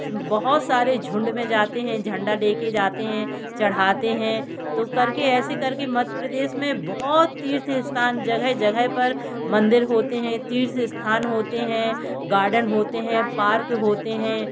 बहुत सारे झुंड में जाते हैं झंडा लेकर जाते हैं चढ़ाते हैं तो करके ऐसे करके मध्य प्रदेश में बहुत तीर्थ स्थान जगह जगह पर मंदिर होते हैं तीर्थ स्थान होते हैं गार्डन होते हैं पार्क होते हैं